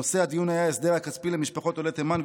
נושא הדיון היה ההסדר הכספי למשפחות עולי תימן,